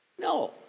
No